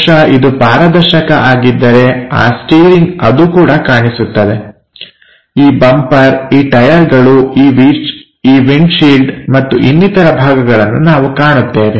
ಬಹುಶಃ ಇದು ಪಾರದರ್ಶಕ ಆಗಿದ್ದರೆ ಆ ಸ್ಟೀರಿಂಗ್ ಅದು ಕೂಡ ಕಾಣಿಸುತ್ತದೆ ಈ ಬಂಪರ್ ಈ ಟಯರ್ಗಳು ಈ ವಿಂಡ್ ಶೀಲ್ಡ್ ಮತ್ತು ಇನ್ನಿತರ ಭಾಗಗಳನ್ನು ನಾವು ಕಾಣುತ್ತೇವೆ